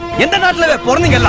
in the morning and